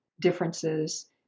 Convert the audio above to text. differences